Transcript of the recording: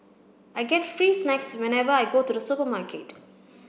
I get free snacks whenever I go to the supermarket